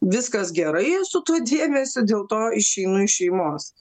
viskas gerai su tuo dėmesiu dėl to išeinu iš šeimos